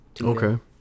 Okay